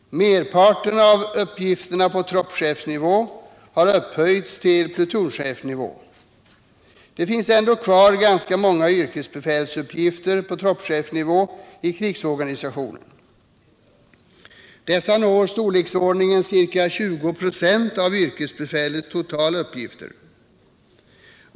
Merparten av uppgifterna på troppchefsnivå har upphöjts till plutonchefsnivå. Det finns ändå kvar ganska många yrkesbefälsuppgifter på troppchefsnivå i krigsorganisationen. Dessa når storleksordningen ca 20 96 av yrkesbefälets totala uppgifter.